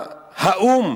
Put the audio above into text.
האו"ם